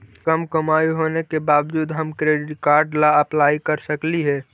कम कमाई होने के बाबजूद हम क्रेडिट कार्ड ला अप्लाई कर सकली हे?